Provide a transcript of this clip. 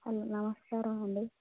hello నమస్కారం అండి